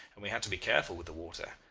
and we had to be careful with the water.